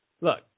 look